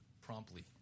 promptly